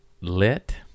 lit